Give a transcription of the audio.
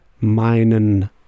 meinen